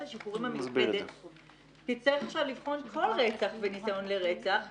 השחרורים המיוחדת תצטרך עכשיו לבחון כל רצח וניסיון לרצח.